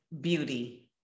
beauty